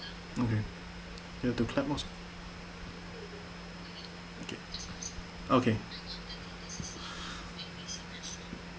okay you have to clap first okay okay